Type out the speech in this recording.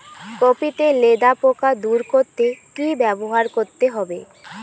Copy তে লেদা পোকা দূর করতে কি ব্যবহার করতে হবে?